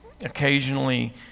occasionally